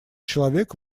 человек